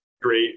great